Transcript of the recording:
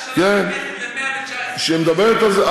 עכשיו הכנסת זה 119. שמדברת על זה,